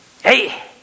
Hey